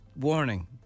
warning